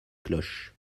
cloches